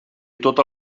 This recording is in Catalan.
tota